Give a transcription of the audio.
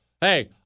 Hey